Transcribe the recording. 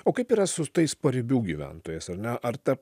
o kaip yra su tais paribių gyventojais ar ne ar ta